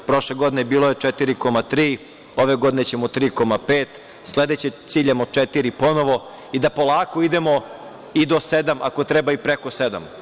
Prošle godine bilo je 4,3%, ove godine ćemo 3,5%, sledeće ciljamo 4% ponovo i da polako idemo i do 7%, ako treba i preko 7%